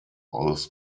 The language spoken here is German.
aus